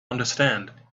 understand